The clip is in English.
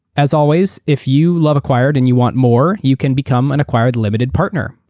as always, if you love acquired and you want more, you can become an acquired limited partner.